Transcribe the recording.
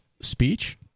speech